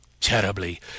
terribly